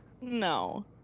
No